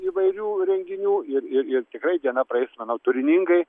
įvairių renginių ir ir ir diena praeis manau turiningai